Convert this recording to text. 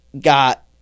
got